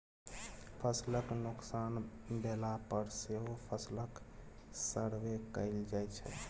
फसलक नोकसान भेला पर सेहो फसलक सर्वे कएल जाइ छै